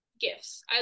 gifts